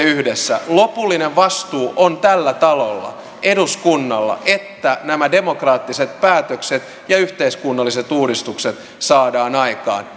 yhdessä lopullinen vastuu on tällä talolla eduskunnalla että nämä demokraattiset päätökset ja yhteiskunnalliset uudistukset saadaan aikaan